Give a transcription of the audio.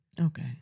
Okay